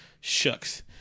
Shucks